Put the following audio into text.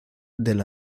del